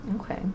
Okay